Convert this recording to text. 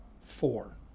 four